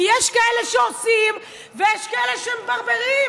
כי יש כאלה שעושים, ויש כאלה שמברברים.